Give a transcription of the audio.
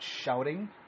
shouting